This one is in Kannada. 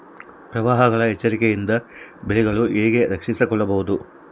ಪ್ರವಾಹಗಳ ಎಚ್ಚರಿಕೆಯಿಂದ ಬೆಳೆಗಳನ್ನು ಹೇಗೆ ರಕ್ಷಿಸಿಕೊಳ್ಳಬಹುದು?